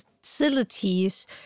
facilities